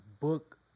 book